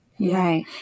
Right